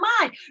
mind